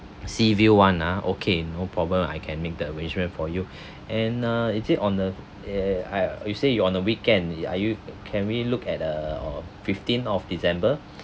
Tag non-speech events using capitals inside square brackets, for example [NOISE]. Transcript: sea view one ah okay no problem I can make the arrangement for you [BREATH] and uh is it on the uh I you say you on the weekend are you can we look at err on fifteen of december